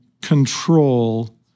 control